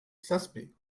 zazpi